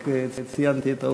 רק ציינתי את העובדה.